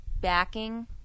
backing